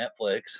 netflix